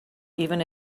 even